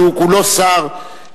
שהוא כולו שר,